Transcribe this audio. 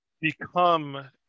become